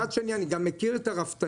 מצד שני אני גם מכיר את הרפתנים,